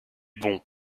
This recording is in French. bons